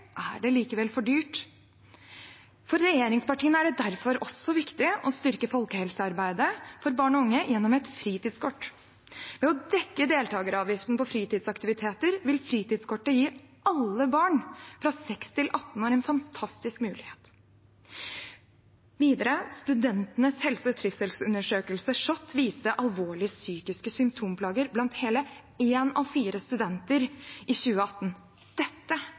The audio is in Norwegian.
er det likevel for dyrt. For regjeringspartiene er det derfor også viktig å styrke folkehelsearbeidet for barn og unge gjennom et fritidskort. Ved å dekke deltakeravgiften på fritidsaktiviteter vil fritidskortet gi alle barn fra 6–18 år en fantastisk mulighet. Studentenes helse- og trivselsundersøkelse, SHoT, viste alvorlige psykiske symptomplager blant hele én av fire studenter i 2018. Dette